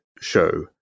show